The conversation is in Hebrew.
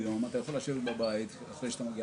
היום אתה יכול לשבת בבית אחרי שאתה מגיע